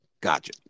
Gotcha